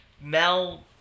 Mel